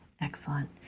Excellent